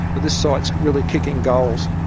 but this site's really kicking goals.